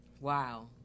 wow